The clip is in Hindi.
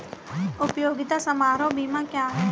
उपयोगिता समारोह बीमा क्या है?